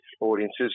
audiences